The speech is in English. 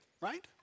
right